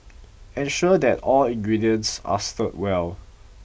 ensure that all ingredients are stirred well